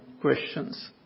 questions